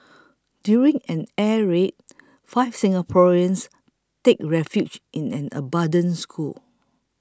during an air raid five Singaporeans take refuge in an abandoned school